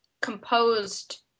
composed